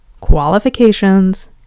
qualifications